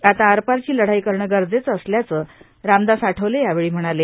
आता आरपारची लढाई करणं गरजेचं असल्याचं रामदास आठवले यावेळी म्हणाले